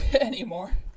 anymore